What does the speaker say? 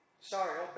sorry